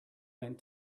went